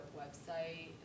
website